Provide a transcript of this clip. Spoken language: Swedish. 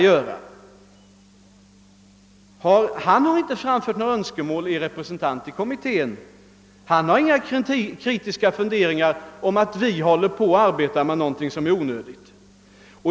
Er representant i kommittén har inte framfört något önskemål och har inte haft några kritiska funderingar om att vi håller på att arbeta med någonting som är onödigt.